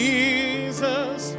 Jesus